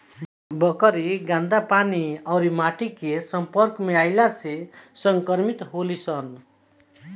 बकरी गन्दा पानी अउरी माटी के सम्पर्क में अईला से संक्रमित होली सन